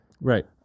Right